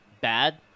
bad